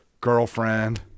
girlfriend